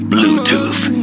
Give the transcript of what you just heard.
Bluetooth